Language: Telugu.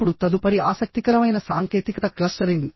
ఇప్పుడుతదుపరి ఆసక్తికరమైన సాంకేతికత క్లస్టరింగ్